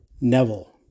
Neville